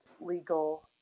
legal